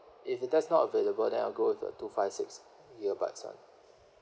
if if that's not available then I'll go with the two five six gigabytes one